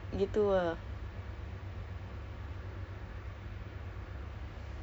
ah ya ya ya I know mister teh tarik ya there is also one outlet at my area tapi